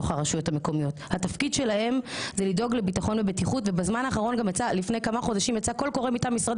המשטרה והפיקוח לבין משרד